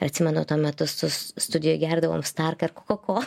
ir atsimenu tuo metu sus studijoj gerdavom starką ir koka ko